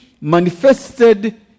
manifested